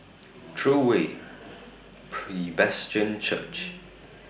True Way Church